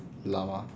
llama